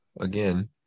Again